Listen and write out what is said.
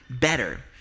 better